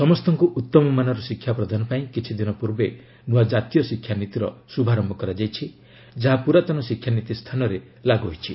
ସମସ୍ତଙ୍କୁ ଉତ୍ତମ ମାନର ଶିକ୍ଷା ପ୍ରଦାନ ପାଇଁ କିଛିଦିନ ପୂର୍ବେ ନୂଆ ଜାତୀୟ ଶିକ୍ଷାନୀତିର ଶୁଭାରୟ କରାଯାଇଛି ଯାହା ପୁରାତନ ଶିକ୍ଷାନୀତି ସ୍ଥାନରେ ଲାଗୁ ହୋଇଛି